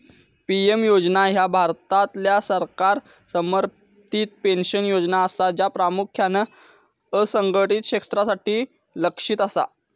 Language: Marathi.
ए.पी योजना ह्या भारतातल्या सरकार समर्थित पेन्शन योजना असा, ज्या प्रामुख्यान असंघटित क्षेत्रासाठी लक्ष्यित असा